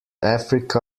africa